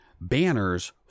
banners